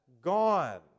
gone